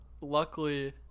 luckily